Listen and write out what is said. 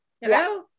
hello